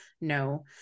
no